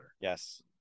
Yes